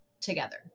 together